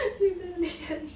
你的脸